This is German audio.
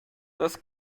das